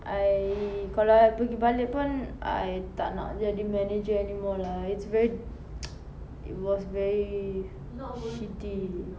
I kalau I pergi balik pun I tak nak jadi manager anymore lah it's very it was very shitty